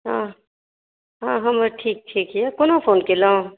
हँ हँ हमर ठीक छै कोना फोन कयलहुँ